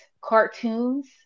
cartoons